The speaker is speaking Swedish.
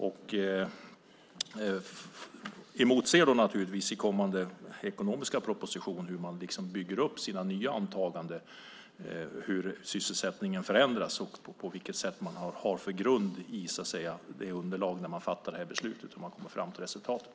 Jag emotser naturligtvis i kommande ekonomiska propositioner hur man bygger upp sina nya antaganden i fråga om hur sysselsättningen förändras och vilken grund man har när det gäller underlaget för att fatta beslut och hur man kommer fram till ett resultat.